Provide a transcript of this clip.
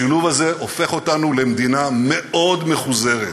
השילוב הזה הופך אותנו למדינה מאוד מחוזרת.